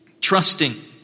trusting